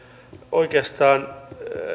oikeastaan